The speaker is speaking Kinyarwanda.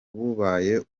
bubaye